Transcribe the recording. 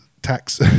Tax